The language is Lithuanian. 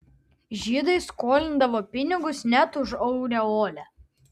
žydai skolindavo pinigus net už aureolę